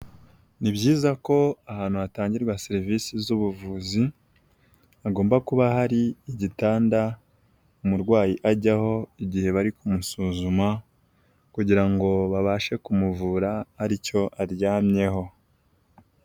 Ni byiza ko ahantu hatangirwa serivisi z'ubuvuzi, hagomba kuba hari igitanda umurwayi ajyaho igihe bari kumusuzuma kugira ngo babashe kumuvura ari cyo aryamyeho.